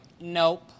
nope